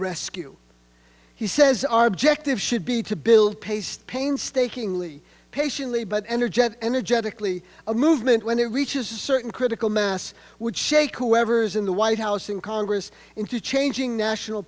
rescue he says our objective should be to build paced painstakingly patiently but energetic energetically a movement when it reaches a certain critical mass would shake whoever's in the white house in congress into changing national